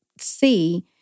see